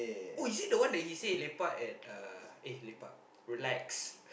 oh is it the one that he say lepak at uh eh lepak relax